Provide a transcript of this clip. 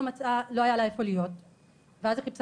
לא היה לה איפה להיות ואז היא חיפשה